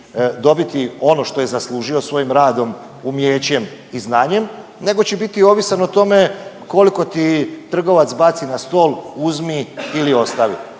dobiti ono što je zaslužio svojim radom, umijećem i znanjem nego će biti ovisan o tome koliko ti trgovac baci na stol, uzmi ili ostavi.